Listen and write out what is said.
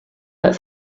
but